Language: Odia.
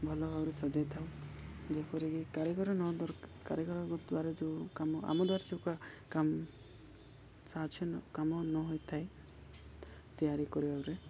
ଭଲ ଭାବରେ ସଜାଇଥାଉ ଯେପରିକି କାରିଗର ନ କାରିଗରଙ୍କ ଦ୍ୱାରା ଯେଉଁ କାମ ଆମ ଦ୍ୱାରା ଯେଉଁ କାମ ସାହାଯ୍ୟ କାମ ନହୋଇଥାଏ ତିଆରି କରିବାରେ